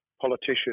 politician